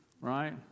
Right